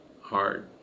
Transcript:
hard